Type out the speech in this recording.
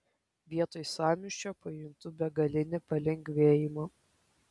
vietoj sąmyšio pajuntu begalinį palengvėjimą